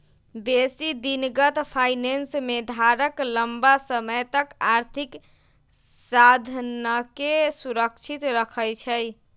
बेशी दिनगत फाइनेंस में धारक लम्मा समय तक आर्थिक साधनके सुरक्षित रखइ छइ